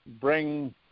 bring